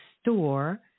store